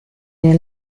nel